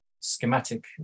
schematic